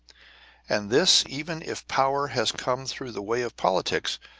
and this even if power has come through the way of politics,